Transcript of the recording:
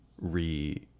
re